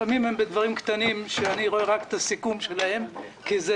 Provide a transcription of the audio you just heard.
לפעמים בדברים קטנים שאני רואה רק את הסיכום שלהם כי זה